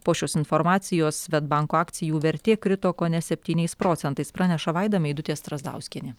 po šios informacijos svedbanko akcijų vertė krito kone septyniais procentais praneša vaida meidutė strazdauskienė